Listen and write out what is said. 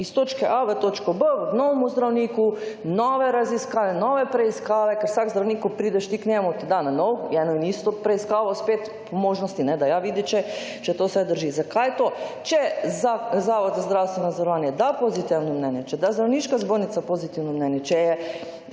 iz točke a v točko b k novemu zdravniku, nove preiskave, ker vsak zdravnik, ko prideš ti k njemu, te da na novo eno in isto preiskavo spet po možnosti, da ja vidi, če to vse drži. Zakaj to? Če Zavod za zdravstveno zavarovanje da pozitivno mnenje, če da Zdravniška zbornica pozitivno mnenje, če s